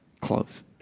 Close